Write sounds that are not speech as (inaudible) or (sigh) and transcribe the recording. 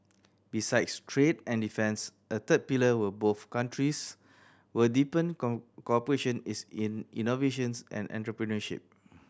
besides trade and defence a third pillar where both countries will deepen (unintelligible) cooperation is in innovation and entrepreneurship